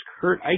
Kurt